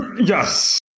yes